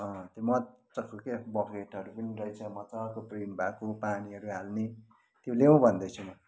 त्यो मज्जाको क्या बकेटहरू पनि रहेछ मज्जाको प्रिन्ट भएको पानीहरू हाल्ने त्यो ल्याउँ भन्दैछु म